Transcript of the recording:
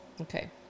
Okay